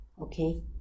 okay